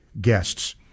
guests